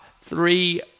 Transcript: three